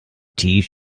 tief